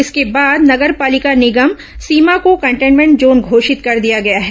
इसके बाद नगर पालिक निगम सीमा को कंटमेन्ट जोन घोषित कर दिया गया है